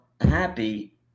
happy